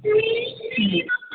ಹ್ಞೂ